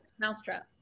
Mousetrap